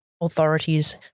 authorities